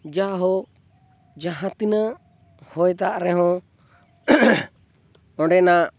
ᱡᱟᱭᱦᱳᱠ ᱡᱟᱦᱟᱸ ᱛᱤᱱᱟᱹᱜ ᱦᱚᱭ ᱫᱟᱜ ᱨᱮᱦᱚᱸ ᱚᱸᱰᱮᱱᱟᱜ